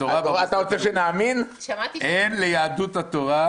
לסדר-היום בנושא החמרת אי-ביטחון תזונתי בצל הקורונה,